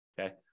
Okay